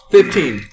Fifteen